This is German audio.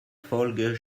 folge